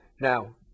Now